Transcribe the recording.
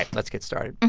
and let's get started